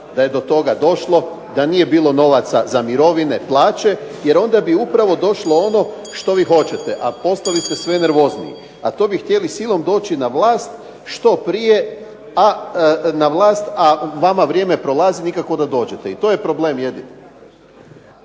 da je do toga došlo, da nije bilo novaca za mirovine, plaće, jer onda bi upravo došlo ono što vi hoćete, a postali ste sve nervozniji. A to bi htjeli silom doći na vlast, što prije a na vlast a nama vrijeme prolazi, nikako da dođete, i to je problem jedini.